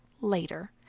later